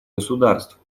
государств